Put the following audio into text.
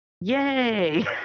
Yay